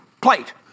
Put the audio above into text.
plate